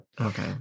Okay